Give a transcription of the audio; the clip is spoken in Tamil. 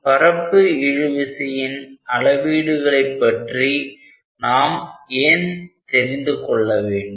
பரப்பு இழு விசையின் அளவீடுகளை பற்றி நாம் ஏன் தெரிந்து கொள்ள வேண்டும்